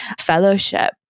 fellowship